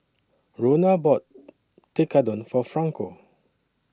Rona bought Tekkadon For Franco